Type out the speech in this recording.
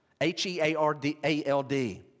H-E-A-R-D-A-L-D